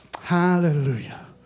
Hallelujah